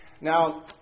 Now